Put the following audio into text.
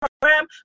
program